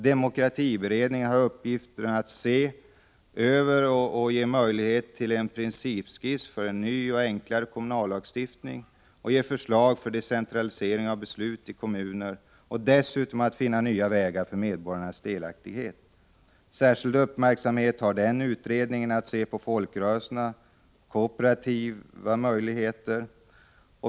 Demokratiberedningen har bl.a. i uppgift att se över frågan om en principskiss och att möjliggöra en sådan när det gäller en ny och enklare kommunallagstiftning. Vidare har man att lägga fram förslag till decentralisering av beslut i kommuner. Dessutom skall man finna nya vägar för medborgarnas delaktighet i dessa sammanhang. Utredningen har att med särskild uppmärksamhet studera folkrörelsernas kooperativa möjligheter.